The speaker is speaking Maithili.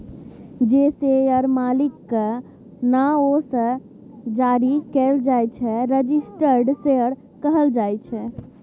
जे शेयर मालिकक नाओ सँ जारी कएल जाइ छै रजिस्टर्ड शेयर कहल जाइ छै